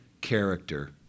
character